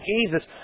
Jesus